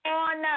on